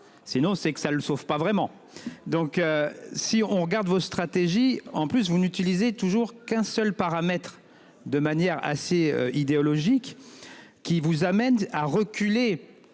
sinon c'est que ça ne sauve pas vraiment donc. Si on regarde vos stratégies en plus vous n'utilisez toujours qu'un seul paramètre de manière assez idéologique qui vous amène a reculé.